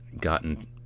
gotten